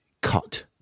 cut